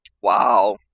Wow